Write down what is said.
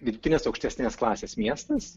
vidutinės aukštesnės klasės miestas